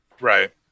right